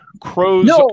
crows